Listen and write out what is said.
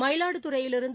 மயிலாடுதுறையிலிருந்து